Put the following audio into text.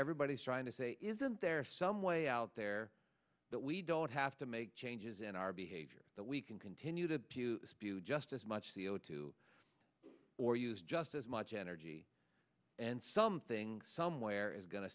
everybody's trying to say isn't there some way out there that we don't have to make changes in our behavior that we can continue to spew just as much c o two or use just as much energy and something somewhere is go